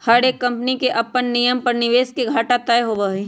हर एक कम्पनी के अपन नियम पर निवेश के घाटा तय होबा हई